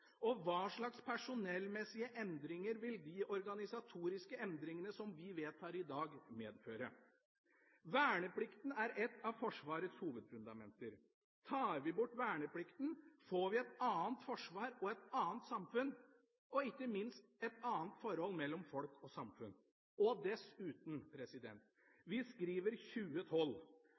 rekrutteres? Hva slags personellmessige endringer vil de organisatoriske endringene som vi vedtar i dag, medføre? Verneplikten er et av Forsvarets hovedfundamenter. Tar vi bort verneplikten, får vi et annet forsvar og et annet samfunn og ikke minst et annet forhold mellom folk og samfunn. Dessuten – vi skriver 2012,